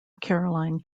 caroline